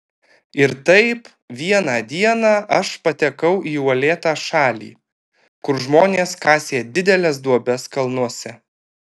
ir taip vieną dieną aš patekau į uolėtą šalį kur žmonės kasė dideles duobes kalnuose